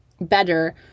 better